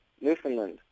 Newfoundland